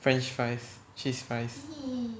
french fries cheese fries